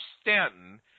Stanton